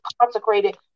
consecrated